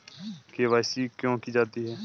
KYC क्यों की जाती है?